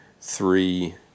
three